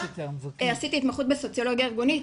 עשיתי התמחות בסוציולוגיה ארגונית,